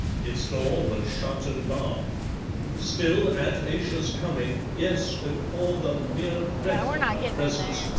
its door was shut and barred still, at ayesha's coming, yes, before the mere breath of her presence,